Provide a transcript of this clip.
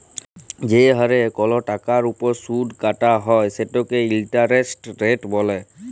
যে হারে কল টাকার উপর সুদ কাটা হ্যয় সেটকে ইলটারেস্ট রেট ব্যলে